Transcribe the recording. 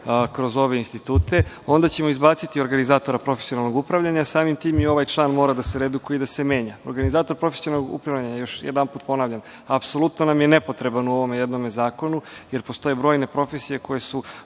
kroz ove institute, onda ćemo izbaciti organizatora profesionalnog upravljanja. Samim tim, i ovaj član mora da se redukuje i da se menja. Organizator profesionalnog upravljanja, još jedanput ponavljam, apsolutno nam je nepotreban u ovome jednome zakonu, jer postoje brojne profesije koje su